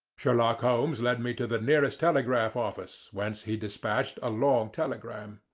sherlock holmes led me to the nearest telegraph office, whence he dispatched a long telegram.